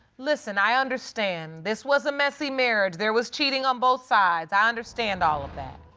listen, i understand. this was a messy marriage. there was cheating on both sides. i understand all of that.